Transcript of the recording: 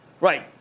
Right